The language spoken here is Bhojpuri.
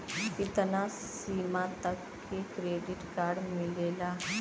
कितना सीमा तक के क्रेडिट कार्ड मिलेला?